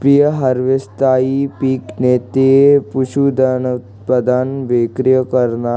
pre हारवेस्टहाई पिक नैते पशुधनउत्पादन विक्री कराना